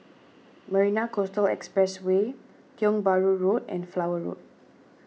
Marina Coastal Expressway Tiong Bahru Road and Flower Road